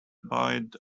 buoyed